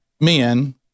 men